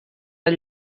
del